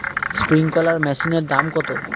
Sprinkler মেশিনের দাম কত?